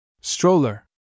Stroller